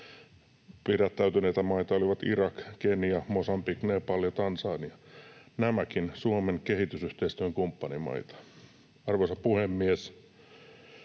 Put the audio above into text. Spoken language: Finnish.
Pidättäytyneitä maita olivat Irak, Kenia, Mosambik, Nepal ja Tansania — nämäkin Suomen kehitysyhteistyön kumppanimaita. Arvoisa puhemies!